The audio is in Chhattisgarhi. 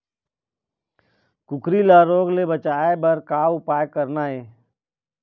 कुकरी ला रोग ले बचाए बर का उपाय करना ये?